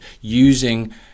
using